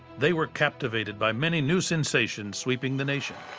they were captivated by many new sensations sweeping the nation.